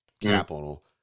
capital